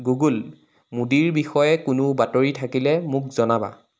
Google মোদীৰ বিষয়ে কোনো বাতৰি থাকিলে মোক জনাবা